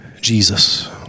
Jesus